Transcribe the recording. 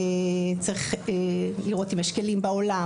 צריך לראות אם יש כלים בעולם,